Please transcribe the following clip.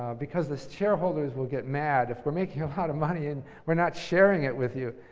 because the shareholders will get mad if we're making a lot of money and we're not sharing it with you.